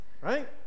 Right